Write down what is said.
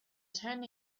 ten